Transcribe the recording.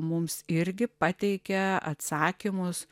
mums irgi pateikia atsakymus